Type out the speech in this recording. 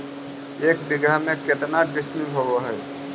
एक बीघा में केतना डिसिमिल होव हइ?